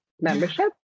membership